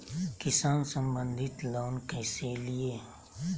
किसान संबंधित लोन कैसै लिये?